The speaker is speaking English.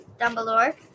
Dumbledore